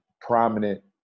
prominent